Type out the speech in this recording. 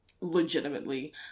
legitimately